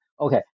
Okay